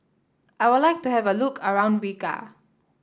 I would like to have a look around Riga